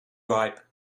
ripe